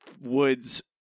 woods